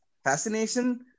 Fascination